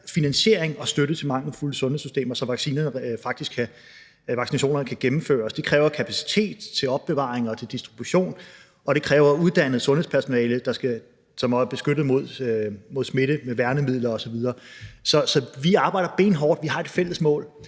finansiering og støtte til de mangelfulde sundhedssystemer, så vaccinationerne faktisk kan gennemføres. Det kræver kapacitet til opbevaring og distribution, og det kræver uddannet sundhedspersonale, som er beskyttet mod smitte med værnemidler osv. Så vi arbejder benhårdt. Vi har et fælles mål,